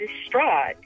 distraught